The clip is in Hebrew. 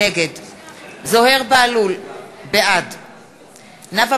נגד זוהיר בהלול, בעד נאוה